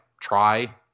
try